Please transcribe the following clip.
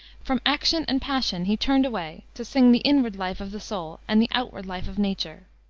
from action and passion he turned away to sing the inward life of the soul and the outward life of nature.